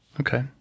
okay